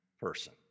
person